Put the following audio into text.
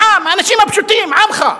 העם, האנשים הפשוטים, עמך.